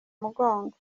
mugongo